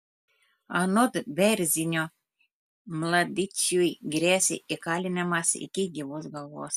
anot bėrzinio mladičiui gresia įkalinimas iki gyvos galvos